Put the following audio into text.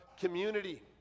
community